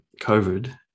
COVID